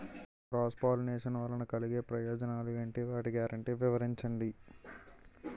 Cross pollination వలన కలిగే ప్రయోజనాలు ఎంటి? వాటి గ్యారంటీ వివరించండి?